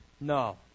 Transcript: No